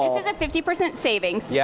this is a fifty percent savings. yeah